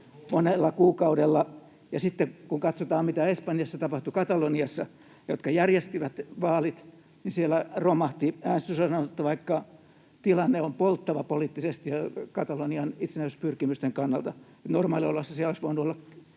Hollanti?] Ja sitten kun katsotaan, mitä tapahtui Espanjassa, Kataloniassa, joka järjesti vaalit, niin siellä romahti äänestysosanotto, vaikka tilanne on polttava poliittisesti Katalonian itsenäisyyspyrkimysten kannalta. Normaalioloissa siellä olisi voinut olla